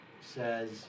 says